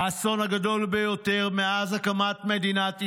האסון הגדול ביותר מאז הקמת מדינת ישראל.